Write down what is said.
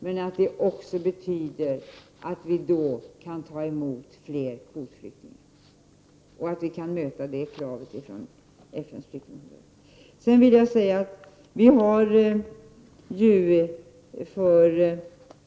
Men det betyder också att vi kan ta emot fler kvotflyktingar och möta det kravet från FNs flyktingkommissarie.